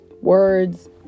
words